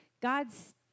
God's